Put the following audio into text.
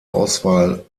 auswahl